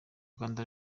rwanda